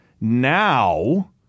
now